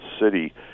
city